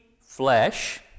flesh